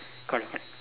connected